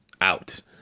out